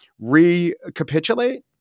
recapitulate